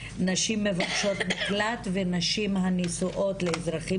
נשים מבקשות מקלט ונשים הנשואות לאזרחים